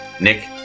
Nick